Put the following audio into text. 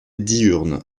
diurne